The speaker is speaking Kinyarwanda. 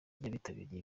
y’abitabiriye